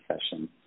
session